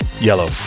Yellow